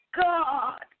God